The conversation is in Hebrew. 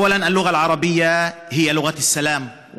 ראשית, השפה הערבית היא שפה של שלום,